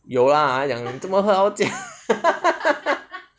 有啦他讲做么喝到这样